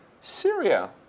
Syria